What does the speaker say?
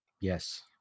Yes